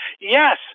Yes